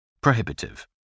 Prohibitive